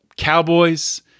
cowboys